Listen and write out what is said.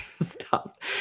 Stop